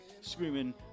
screaming